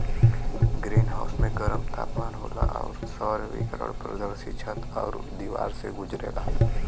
green house में गरम तापमान होला आउर सौर विकिरण पारदर्शी छत आउर दिवार से गुजरेला